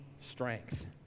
strength